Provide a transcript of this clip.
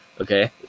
okay